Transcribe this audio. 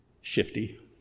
Shifty